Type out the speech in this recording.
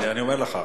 אני אומר לך.